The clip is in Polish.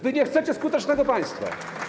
Wy nie chcecie skutecznego państwa.